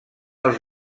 els